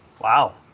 Wow